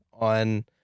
on